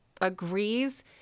Agrees